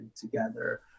together